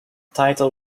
title